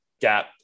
gap